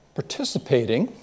participating